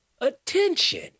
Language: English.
attention